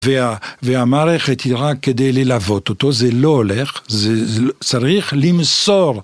והמערכת היא רק כדי ללוות אותו, זה לא הולך, זה, צריך למסור.